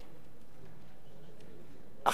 עכשיו,